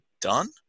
done